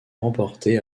remporté